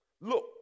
look